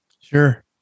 sure